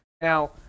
Now